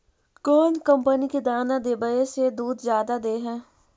कौन कंपनी के दाना देबए से दुध जादा दे है?